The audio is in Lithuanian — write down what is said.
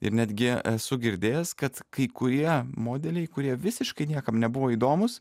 ir netgi esu girdėjęs kad kai kurie modeliai kurie visiškai niekam nebuvo įdomūs